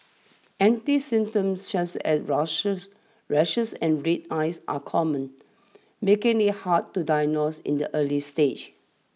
empty symptoms such as rushes rashes and red eyes are common making it hard to diagnose in the early stages